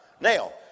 Now